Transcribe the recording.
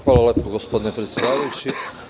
Hvala lepo, gospodine predsedavajući.